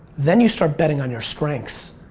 then you start betting on your strengths.